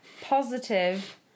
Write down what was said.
Positive